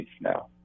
now